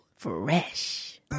fresh